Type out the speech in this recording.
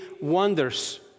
wonders